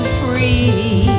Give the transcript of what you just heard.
free